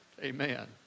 Amen